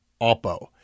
Oppo